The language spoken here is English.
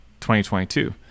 2022